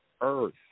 earth